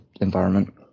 environment